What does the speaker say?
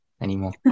anymore